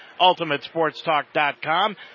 UltimateSportsTalk.com